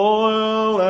oil